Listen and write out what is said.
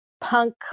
punk